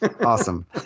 Awesome